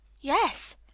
Yes